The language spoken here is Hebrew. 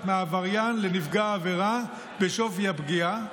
מהעבריין לנפגע העבירה בשווי הפגיעה,